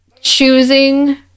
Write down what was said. choosing